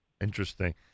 Interesting